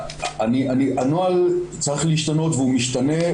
הנוהל צריך להשתנות והוא משתנה,